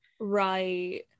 Right